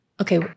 okay